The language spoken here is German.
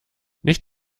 nicht